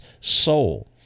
soul